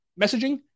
messaging